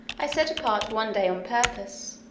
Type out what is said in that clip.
i set apart one day on purpose.